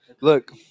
Look